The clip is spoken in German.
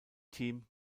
team